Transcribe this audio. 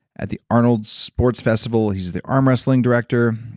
at the arnold sports festival he's the arm wrestling director,